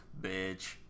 bitch